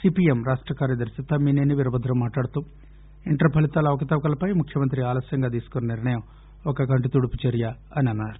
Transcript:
CPM రాష్ట కార్యదర్శి తమ్మినేని వీరభద్రం మాట్లాడుతూ ఇంటర్ ఫలితాల అవకతవకలపైన ముఖ్యమంత్రి ఆలస్సంగా తీసుకున్న నిర్ణయం ఒక కంటితుడుపు చర్య అని అన్నారు